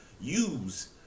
use